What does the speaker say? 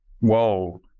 Whoa